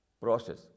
process